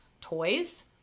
toys